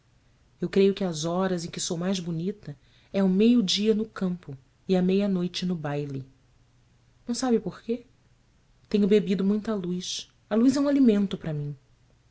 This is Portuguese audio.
eu creio que as horas em que sou mais bonita é ao meio-dia no campo e à meia-noite no baile não sabe por quê tenho bebido muita luz a luz é um alimento para mim